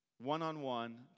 One-on-one